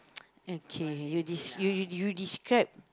okay you des~ you you you describe